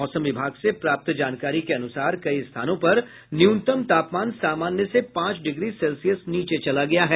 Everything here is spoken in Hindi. मौसम विभाग से प्राप्त जानकारी के अनुसार कई स्थानों पर न्यूनतम तापमान सामान्य से पांच डिग्री सेल्सियस नीचे चला गया है